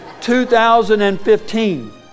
2015